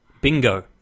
Bingo